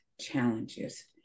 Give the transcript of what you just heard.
challenges